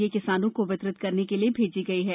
यह किसानों को वितरित करने के लिए भेजी गई है